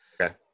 Okay